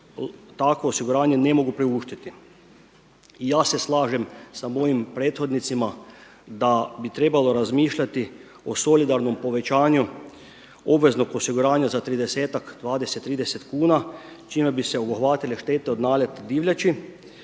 takvo osiguranje ne mogu priuštiti. Ja se slažem sa mojim prethodnicima da bi trebalo razmišljati o solidarnom povećanju obveznog osiguranja za tridesetak, dvadeset, trideset kuna čime bi se obuhvatile štete od naleta divljači